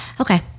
Okay